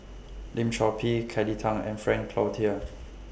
Lim Chor Pee Kelly Tang and Frank Cloutier